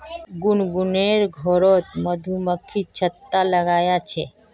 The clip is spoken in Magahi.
गुनगुनेर घरोत मधुमक्खी छत्ता लगाया छे